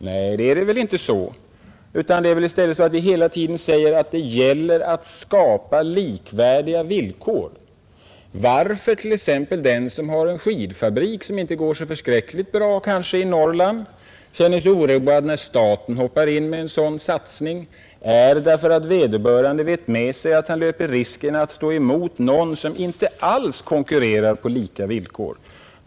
Nej, det är väl inte så, utan i stället säger vi ju hela tiden att det gäller att skapa likvärdiga villkor. Att t.ex. en företagare som har en skidfabrik i Norrland, som kanske inte går så förskräckligt bra, känner sig oroad när staten hoppar in med en satsning på samma område, det beror på att vederbörande vet att han löper risken att få stå emot någon som inte alls konkurrerar på lika villkor.